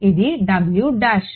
ఇది W dash